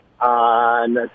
on